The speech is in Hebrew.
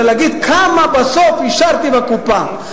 זה להגיד: כמה בסוף השארתי בקופה.